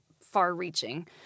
far-reaching